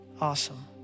Awesome